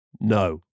No